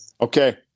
Okay